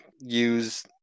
use